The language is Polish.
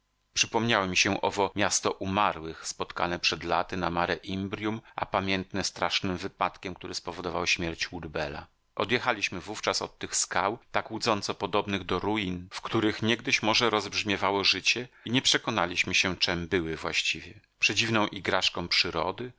przypomniało mi się owo miasto umarłych spotkane przed laty na mare imbrium a pamiętne strasznym wypadkiem który spowodował śmierć woodbella odjechaliśmy wówczas od tych skał tak łudząco podobnych do ruin w których niegdyś może rozbrzmiewało życie i nie przekonaliśmy się czem były właściwie przedziwną igraszką przyrody